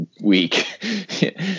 week